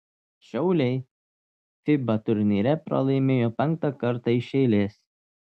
šiauliai fiba turnyre pralaimėjo penktą kartą iš eilės